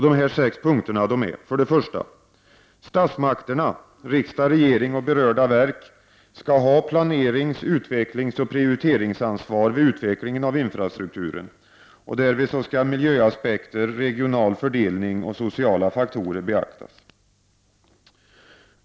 Dessa sex punkter är: För det första: Statsmakterna — riksdag, regering samt berörda verk — skall ha planerings-, utvecklingsoch prioriteringsansvar vid utvecklingen av infrastrukturen. Därvid skall miljöaspekter, regional fördelning och sociala faktorer beaktas.